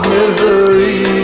misery